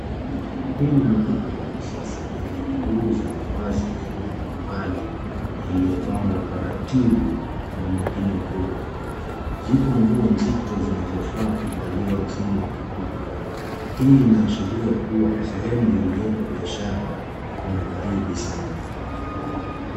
Hili ni duka la kisasa lenye kuuza mavazi aina mbali mbali yaliyopangwa taratibu na umakini mkubwa. Zipo nguo nzito zinazofaa kuvaliwa msimu ya kipukwe. Hii inaashiria kuwa sehemu iliyoko biashara kuna baridi sanaa.